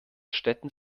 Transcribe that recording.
städten